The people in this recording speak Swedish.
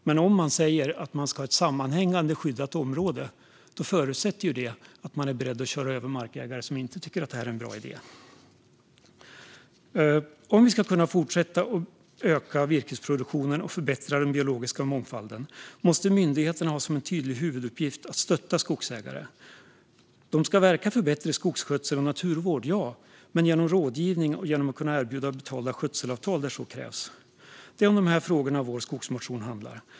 Men om man säger att man ska ha ett sammanhängande skyddat område förutsätter det ju att man är beredd att köra över markägare som inte tycker att det är en bra idé. Om vi ska kunna fortsätta att öka virkesproduktionen och förbättra den biologiska mångfalden måste myndigheterna ha som en tydlig huvuduppgift att stötta skogsägare. De ska verka för bättre skogsskötsel och naturvård, ja, men genom rådgivning och genom att kunna erbjuda betalda skötselavtal där så krävs. Det är om dessa frågor vår skogsmotion handlar.